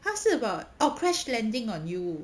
他是 about oh crash landing on you